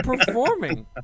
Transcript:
performing